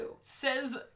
Says